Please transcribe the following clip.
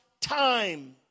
time